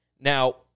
Now